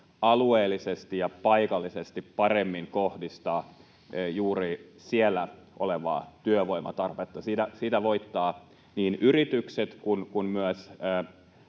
alueellisesti ja paikallisesti paremmin kohdistaa juuri siellä olevaan työvoiman tarpeeseen. Siinä voittavat niin yritykset kuin myös